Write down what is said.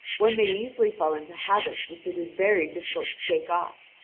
one may easily fall into habits which it is very difficult to shake off,